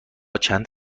چند